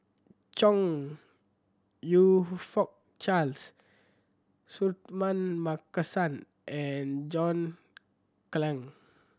Chong You Fook Charles Suratman Markasan and John Clang